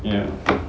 ya